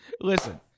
listen